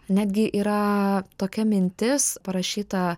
netgi yra tokia mintis parašyta